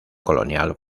colonial